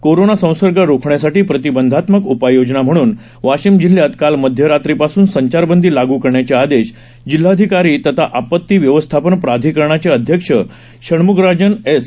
corona संसर्ग रोखण्यासाठी प्रतिबंधात्मक उपाययोजना म्हणून वाशीम जिल्ह्यात काल मध्यरात्रीपासून संचारबंदी लाग करण्याचे आदेश जिल्हाधिकारी तथा आपती व्यवस्थापन प्राधिकरणचे अध्यक्ष षण्मगराजन एस